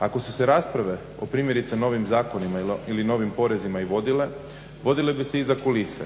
Ako su se rasprave o primjerice novim zakonima ili novim porezima i vodile, vodile bi se iza kulise